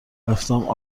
رفتم